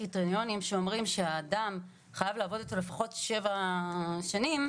הקריטריונים בעצם שהאדם חייב לעבוד איתו לפחות שבע שנים,